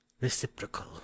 reciprocal